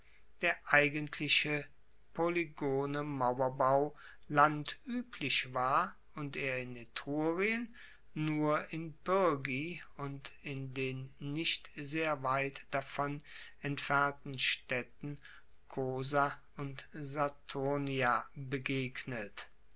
der eigentliche polygone mauerbau landueblich war und er in etrurien nur in pyrgi und in den nicht sehr weit davon entfernten staedten cosa und saturnia begegnet